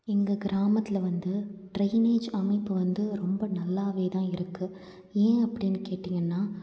எங்கள் கிராமத்தில் வந்து டிரைனேஜ் அமைப்பு வந்து ரொம்ப நல்லாவே தான் இருக்குது ஏன் அப்படின்னு கேட்டீங்கன்னா